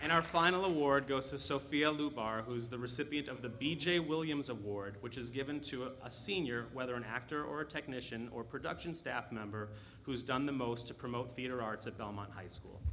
and our final award goes to sophia lubar who is the recipient of the b j williams award which is given to a senior whether an actor or technician or production staff member who's done the most to promote theater arts at belmont high school